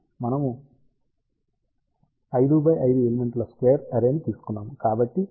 మరియు మనము 5 x 5 element ల స్క్వేర్ అర్రే ని తీసుకున్నాము